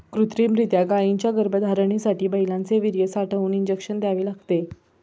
कृत्रिमरीत्या गायींच्या गर्भधारणेसाठी बैलांचे वीर्य साठवून इंजेक्शन द्यावे लागते